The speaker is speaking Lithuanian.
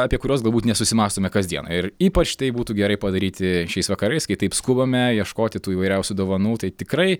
apie kuriuos galbūt nesusimąstome kasdien ir ypač tai būtų gerai padaryti šiais vakarais kai taip skubame ieškoti tų įvairiausių dovanų tai tikrai